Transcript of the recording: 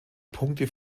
punkte